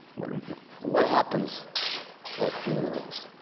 what happens at funerals?